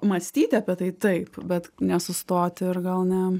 mąstyti apie tai taip bet nesustoti ir gal ne